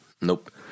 Nope